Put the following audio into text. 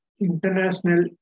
international